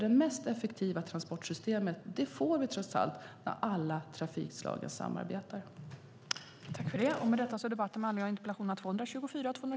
Det mest effektiva transportsystemet får vi trots allt när alla trafikslag samarbetar.